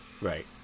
Right